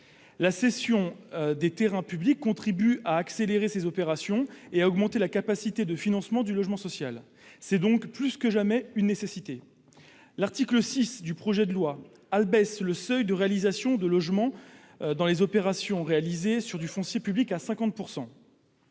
La cession des terrains publics contribuant à accélérer des opérations et à augmenter la capacité de financement du logement social. Elle est donc plus que jamais une nécessité. L'article 6 du projet de loi tend à abaisser le seuil de réalisation de logements dans les opérations réalisées sur du foncier public à 50 %.